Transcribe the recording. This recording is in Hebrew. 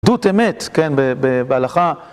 עדות אמת, כן, בהלכה.